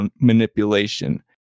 manipulation